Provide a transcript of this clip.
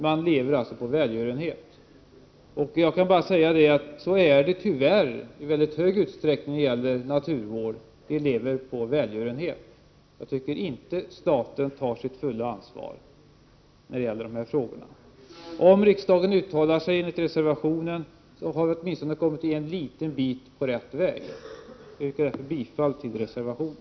Man lever alltså på välgörenhet — så är det tyvärr i mycket stor utsträckning när det gäller naturvård. Jag tycker inte att staten tar sitt fulla ansvar i dessa frågor. Om riksdagen uttalar sig enligt reservationen har vi åtminstone kommit en liten bit på rätt väg. Jag yrkar därför bifall till reservationen.